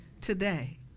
Today